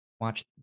watch